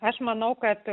aš manau kad